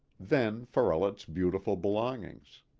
then for all its beautiful belongings.